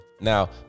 Now